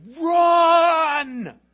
run